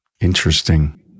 Interesting